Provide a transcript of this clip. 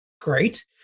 great